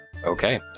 Okay